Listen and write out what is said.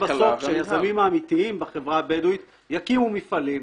שהיזמים האמיתיים בחברה הבדואית יקימו מפעלים,